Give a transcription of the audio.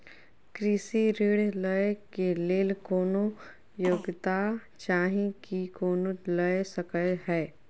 कृषि ऋण लय केँ लेल कोनों योग्यता चाहि की कोनो लय सकै है?